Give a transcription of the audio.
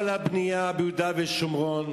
כל הבנייה ביהודה ושומרון,